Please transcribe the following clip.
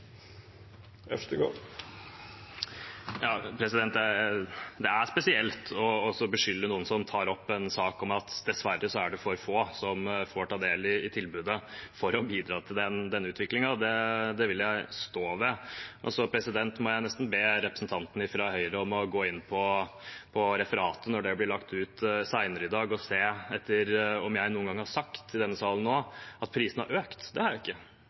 Det er spesielt å beskylde noen som tar opp en sak om at det dessverre er for få som får ta del i tilbudet, for å bidra til denne utviklingen. Det vil jeg stå ved. Og så må jeg nesten be representanten fra Høyre om å gå inn på referatet når det blir lagt ut senere i dag, og se etter om jeg noen gang nå i denne salen har sagt at prisene har økt. Det har jeg ikke